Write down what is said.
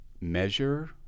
measure